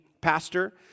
pastor